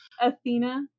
Athena